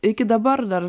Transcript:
iki dabar dar